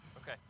Okay